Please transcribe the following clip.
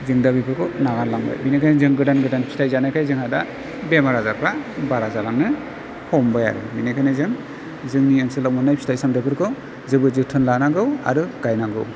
जों दा बेफोरखौ नागारलांबाय बेनिखायनो जों गोदान गोदान फिथाइ जानायखाय जोंहा दा बेमार आजारफ्रा बारा जालांनो हमबाय आरो बेनिखायनो जों जोंनि ओनसोलाव मोननाय फिथाइ सामथाइफोरखौ जोबोर जोथोन लानांगौ आरो गायनांगौ